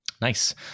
Nice